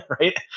Right